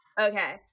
Okay